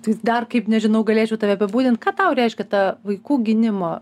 tai dar kaip nežinau galėčiau tave apibūdint ką tau reiškia ta vaikų gynimo